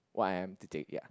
what I am today ya